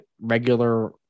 regular